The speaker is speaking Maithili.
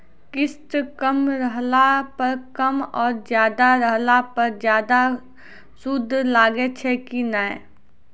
किस्त कम रहला पर कम और ज्यादा रहला पर ज्यादा सूद लागै छै कि नैय?